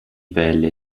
pelle